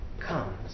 comes